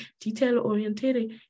detail-oriented